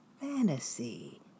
Fantasy